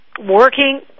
working